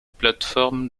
plateformes